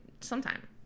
sometime